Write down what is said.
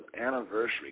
anniversary